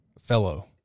Fellow